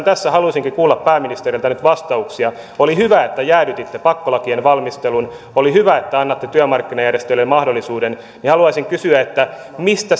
tässä haluaisinkin kuulla pääministeriltä nyt vastauksia oli hyvä että jäädytitte pakkolakien valmistelun oli hyvä että annatte työmarkkinajärjestöille mahdollisuuden haluaisin kysyä mistä